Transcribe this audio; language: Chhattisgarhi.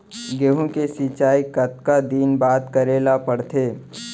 गेहूँ के सिंचाई कतका दिन बाद करे ला पड़थे?